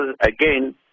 again